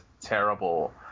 terrible